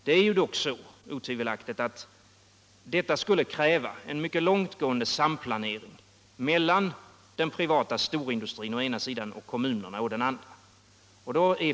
En åtgärd på detta område skulle : utan tvivel kräva en mycket långtgående samplanering mellan den privata storindustrin å ena sidan och kommunerna å den andra sidan.